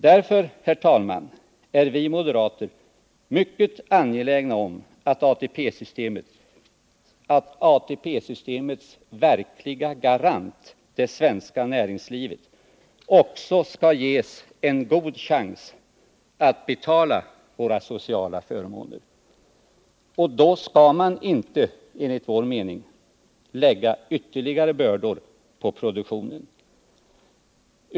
Därför, herr talman, är vi moderater mycket angelägna om att ATP-systemets verkliga garant, det svenska näringslivet, också skall ges en god chans att betala våra sociala förmåner. Och då skall man enligt vår uppfattning inte lägga ytterligare bördor på produktionen.